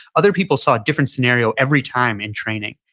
other people saw a different scenario every time in training.